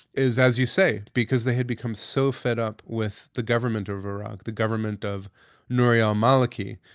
is as you say, because they had become so fed up with the government of iraq, the government of nouri al-maliki,